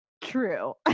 true